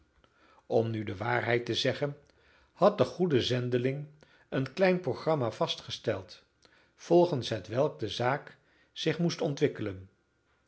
om nu de waarheid te zeggen had de goede zendeling een klein programma vastgesteld volgens hetwelk de zaak zich moest ontwikkelen